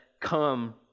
come